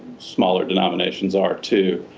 smaller denominations are too